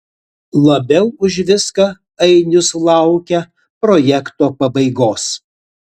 labiau už viską ainius laukia projekto pabaigos